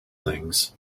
things